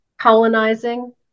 colonizing